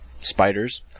Spiders